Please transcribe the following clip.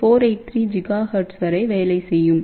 483 GHz வரை வேலை செய்யும்